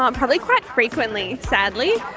um probably quite frequently, sadly,